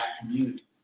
community